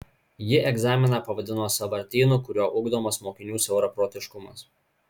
ji egzaminą pavadino sąvartynu kuriuo ugdomas mokinių siauraprotiškumas